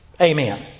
Amen